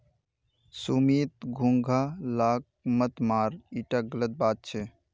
सुमित घोंघा लाक मत मार ईटा गलत बात छ